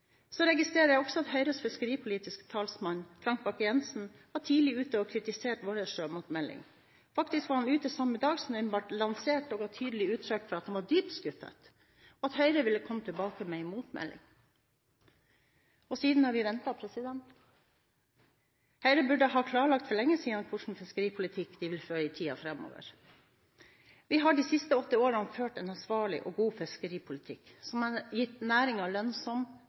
Så registrerer jeg også at Høyres fiskeripolitiske talsmann, Frank Bakke-Jensen, var tidlig ute og kritiserte vår sjømatmelding. Faktisk var han ute samme dag som den ble lansert, og ga tydelig uttrykk for at han var dypt skuffet, og at Høyre ville komme tilbake med en motmelding. Og siden har vi ventet. Høyre burde ha klarlagt for lenge siden hvilken fiskeripolitikk de vil føre i tiden framover. Vi har de siste åtte årene ført en ansvarlig og god fiskeripolitikk som har gitt